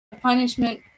punishment